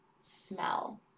smell